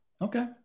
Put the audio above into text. okay